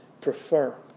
prefer